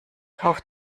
kauf